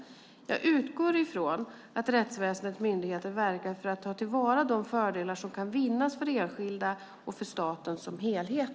Jag utgår från att rättsväsendets myndigheter verkar för att ta till vara de fördelar som kan vinnas för enskilda och för staten som helhet.